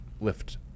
lift